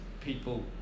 people